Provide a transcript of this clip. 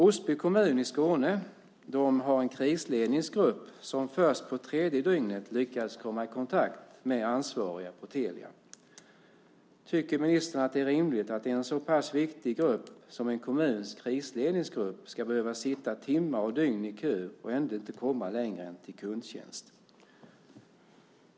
Osby kommun i Skåne har en krisledningsgrupp som först på tredje dygnet lyckades komma i kontakt med ansvariga på Telia. Tycker ministern att det är rimligt att en så pass viktig grupp som en kommuns krisledningsgrupp ska behöva sitta timmar och dygn i kö och ändå inte komma längre än till kundtjänst?